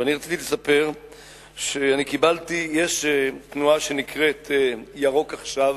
ורציתי לספר שיש תנועה שנקראת "ירוק עכשיו",